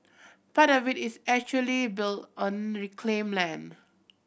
part of it is actually built on reclaimed land